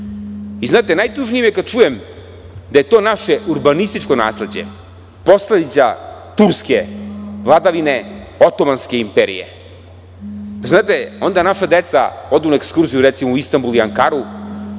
Znate, najtužnije mi je kad čujem da je to naše urbanističko nasleđe posledica turske vladavine Otomanske imperije. Znate, onda naša deca odu na ekskurziju recimo u Istanbul ili Ankaru,